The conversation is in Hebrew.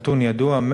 נתון ידוע,